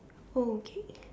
okay